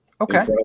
Okay